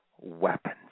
weapons